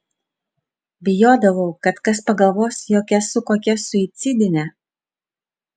bijodavau kad kas pagalvos jog esu kokia suicidinė